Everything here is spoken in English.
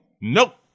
Nope